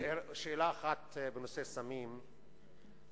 שאלה אחת בנושא סמים,